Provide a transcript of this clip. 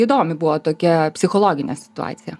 įdomi buvo tokia psichologinė situacija